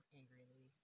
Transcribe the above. angrily